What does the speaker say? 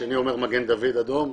השני אומר מגן דוד אדום,